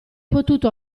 potuto